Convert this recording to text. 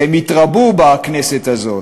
והם התרבו בכנסת הזאת.